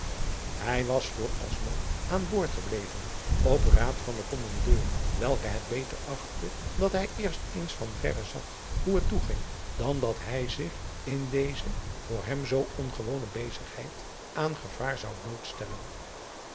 hij was voor als nog aan boord gebleven op raad van den kommandeur welke het beter achtte dat hij eerst eens van verre zag hoe het toeging dan dat hij zich in deze voor hem zoo ongewone bezigheid aan gevaar zou